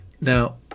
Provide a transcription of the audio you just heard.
Now